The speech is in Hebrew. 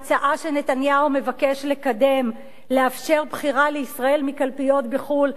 ההצעה שנתניהו מבקש לקדם: לאפשר בחירה לישראל מקלפיות בחו"ל,